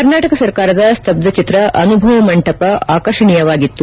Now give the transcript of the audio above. ಕರ್ನಾಟಕ ಸರ್ಕಾರದ ಸ್ತಬ್ದ ಚಿತ್ರ ಅನುಭವ ಮಂಟಪ ಆಕರ್ಷಣೀಯವಾಗಿತ್ತು